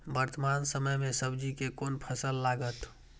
वर्तमान समय में सब्जी के कोन फसल लागत?